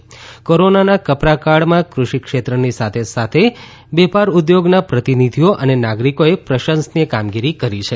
byte PM કોરોનાના કપરાકાળમાં કૃષિક્ષેત્રની સાથે સાથે વેપાર ઉદ્યોગના પ્રતિનિધિઓ અને નાગરીકોએ પ્રશંસનીય કામગીરી કરી છે